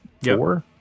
four